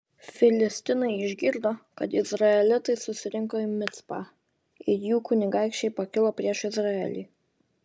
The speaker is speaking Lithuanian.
filistinai išgirdo kad izraelitai susirinko į micpą ir jų kunigaikščiai pakilo prieš izraelį